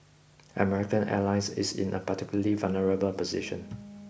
American airlines is in a particularly vulnerable position